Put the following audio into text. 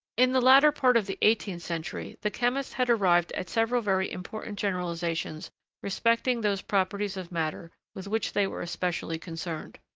in the latter part of the eighteenth century, the chemists had arrived at several very important generalisations respecting those properties of matter with which they were especially concerned.